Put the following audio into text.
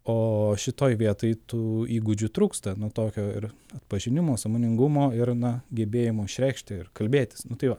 o šitoj vietoj tų įgūdžių trūksta nu tokio ir pažinimo sąmoningumo ir na gebėjimo išreikšti ir kalbėtis nu tai va